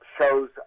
shows